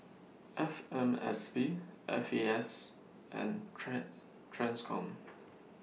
F M S P F A S and Track TRANSCOM